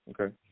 Okay